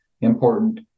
important